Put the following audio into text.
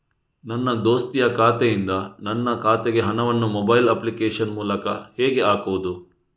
ನನ್ನ ದೋಸ್ತಿಯ ಖಾತೆಯಿಂದ ನನ್ನ ಖಾತೆಗೆ ಹಣವನ್ನು ಮೊಬೈಲ್ ಅಪ್ಲಿಕೇಶನ್ ಮೂಲಕ ಹೇಗೆ ಹಾಕುವುದು?